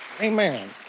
Amen